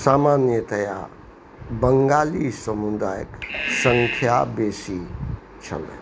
सामान्यतया बङ्गाली समुदायक सङ्ख्या बेसी छलै